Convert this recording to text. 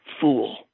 fool